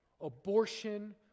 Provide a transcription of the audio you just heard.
Abortion